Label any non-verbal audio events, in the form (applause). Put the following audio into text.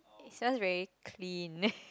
it sounds very clean (laughs)